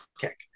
kick